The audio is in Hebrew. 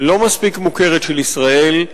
לא מספיק מוכרת של ישראל,